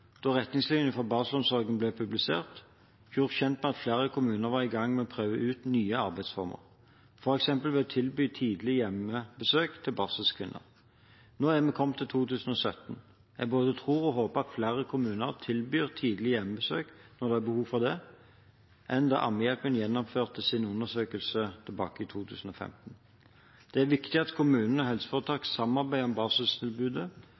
da retningslinjen for barselomsorgen ble publisert – gjort kjent med at flere kommuner var i gang med å prøve ut nye arbeidsformer, f.eks. ved å tilby tidlig hjemmebesøk til barselkvinner. Nå er vi kommet til 2017. Jeg både tror og håper at flere kommuner tilbyr tidlig hjemmebesøk når det er behov for det, enn da Ammehjelpen gjennomførte sin undersøkelse i 2015. Det er viktig at kommuner og helseforetak samarbeider om